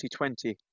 2020